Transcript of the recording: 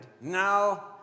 now